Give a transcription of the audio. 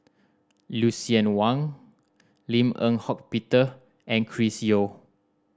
Lucien Wang Lim Eng Hock Peter and Chris Yeo